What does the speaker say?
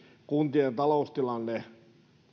kuntien taloustilanne